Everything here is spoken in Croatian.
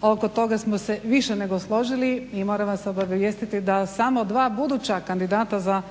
oko toga smo se više nego složili. I moram vas obavijestiti da samo dva buduća kandidata za